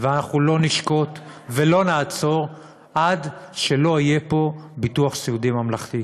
ואנחנו לא נשקוט ולא נעצור עד שיהיה פה ביטוח סיעודי ממלכתי.